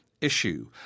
issue